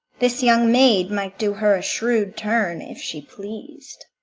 this young maid might do her a shrewd turn, if she pleas'd.